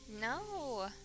No